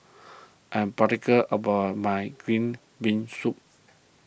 I am particular about my Green Bean Soup